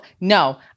No